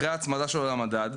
אחרי ההצמדה שלו למדד,